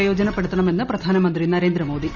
പ്രയോജനപ്പെടുത്തണമെന്ന് പ്രധാനമന്ത്രി നരേന്ദ്രമോദി